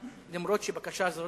אף שבקשה זו